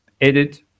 edit